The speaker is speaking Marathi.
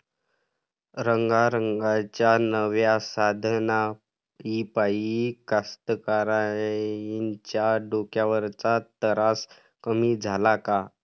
रंगारंगाच्या नव्या साधनाइपाई कास्तकाराइच्या डोक्यावरचा तरास कमी झाला का?